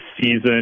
season